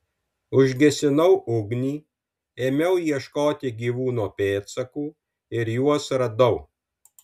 užgesinau ugnį ėmiau ieškoti gyvūno pėdsakų ir juos radau